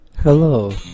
Hello